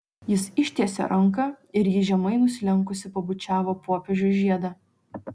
jis ištiesė ranką ir ji žemai nusilenkusi pabučiavo popiežiui žiedą